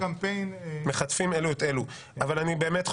אבל אני באמת חושב,